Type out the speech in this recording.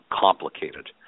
complicated